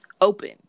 open